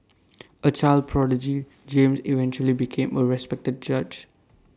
A child prodigy James eventually became A respected judge